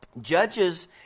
judges